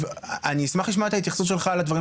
אני אשמח לשמוע את ההתייחסות שלך על הדברים